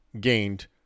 gained